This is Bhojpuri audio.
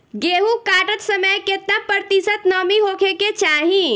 गेहूँ काटत समय केतना प्रतिशत नमी होखे के चाहीं?